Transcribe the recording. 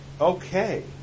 Okay